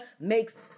makes